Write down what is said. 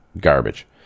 Garbage